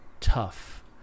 tough